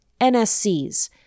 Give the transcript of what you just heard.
NSCs